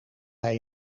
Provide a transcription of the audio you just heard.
hij